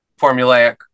formulaic